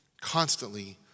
constantly